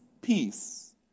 peace